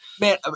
Man